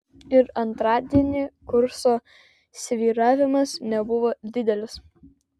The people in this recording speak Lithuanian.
ir antradienį kurso svyravimas nebuvo didelis